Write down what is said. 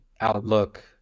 outlook